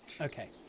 Okay